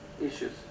issues